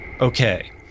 Okay